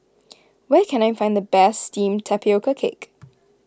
where can I find the best Steamed Tapioca Cake